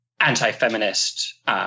anti-feminist